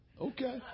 Okay